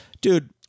Dude